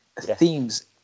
themes